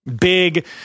big